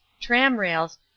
tram-rails